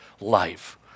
life